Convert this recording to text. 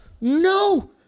No